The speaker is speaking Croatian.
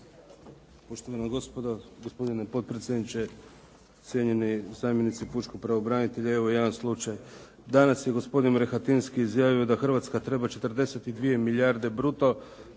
Hrvatska treba 42 milijarde bruto